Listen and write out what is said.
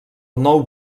nou